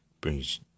brings